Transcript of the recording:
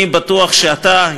אני בטוח שאתה,